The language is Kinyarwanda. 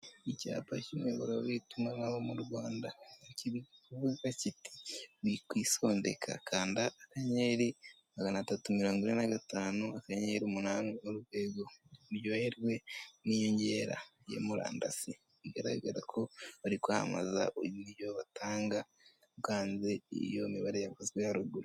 Icyapa cy'imiyoboro y' itumanaho mu Rwanda kirikuvuga kiti "wikwisodeka, kanda akanyenyeri, magana atatu mirongo ine na gatanu, akanyenyeri, umunani urwego uryoherwe n'inyongera ya murandasi" bigaragara ko bari kwamamaza uburyo batanga, bwanze iyo mibare yavuzwe haruguru.